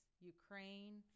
Ukraine